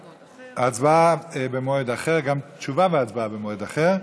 הצבעה במועד אחר, גם תשובה במועד אחר.